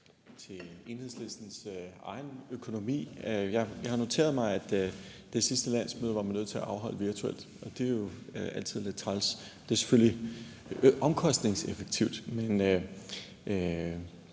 til Enhedslistens egen økonomi. Jeg har noteret mig, at det sidste landsmøde var man nødt til at afholde virtuelt, og det er jo altid lidt træls. Det er selvfølgelig omkostningseffektivt, men